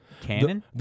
Canon